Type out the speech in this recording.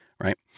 right